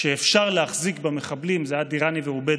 שאפשר להחזיק במחבלים, אלה היו דיראני ועובייד,